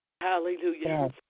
Hallelujah